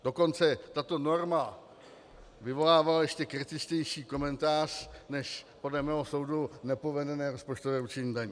Dokonce tato norma vyvolávala ještě kritičtější komentář než podle mého soudu nepovedené rozpočtové určení daní.